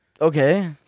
Okay